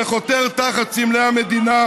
שחותר תחת סמלי המדינה